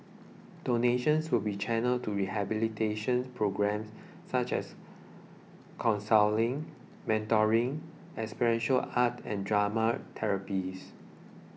donations will be channelled to rehabilitation programmes such as counselling mentoring experiential art and drama therapies